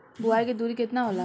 बुआई के दूरी केतना होला?